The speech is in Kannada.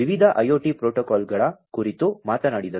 ವಿವಿಧ IoT ಪ್ರೋಟೋಕಾಲ್ಗಳ ಕುರಿತು ಮಾತನಾಡಿದರು